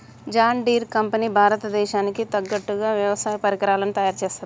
John Deere company భారత దేశానికి తగ్గట్టుగా వ్యవసాయ పరికరాలను తయారుచేస్తది